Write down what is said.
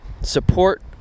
support